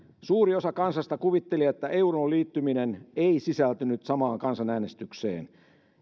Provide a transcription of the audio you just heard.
suuri osa kansasta kuvitteli että euroon liittyminen ei sisältynyt samaan kansanäänestykseen